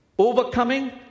Overcoming